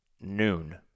noon